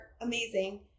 Amazing